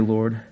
Lord